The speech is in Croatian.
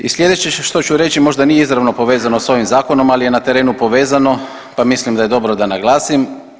I sljedeće što ću reći možda nije izravno povezano s ovim zakonom, ali je na trenu povezano pa mislim da je dobro da naglasim.